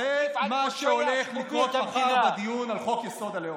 זה מה שהולך לקרות מחר בדיון על חוק-יסוד: הלאום.